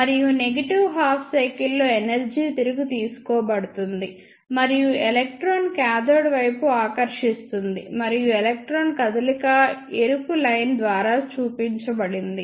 మరియు negative half cycle లో energy తిరిగి తీసుకోబడుతుంది మరియు ఎలక్ట్రాన్ కాథోడ్ వైపు ఆకర్షిస్తుంది మరియు ఎలక్ట్రాన్ కదలిక ఎరుపు లైన్ ద్వారా చూపించబడినది